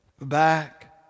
back